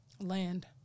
Land